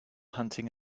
hunting